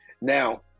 Now